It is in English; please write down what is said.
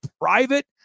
private